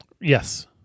Yes